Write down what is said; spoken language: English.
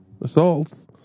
assaults